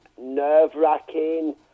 nerve-wracking